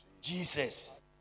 Jesus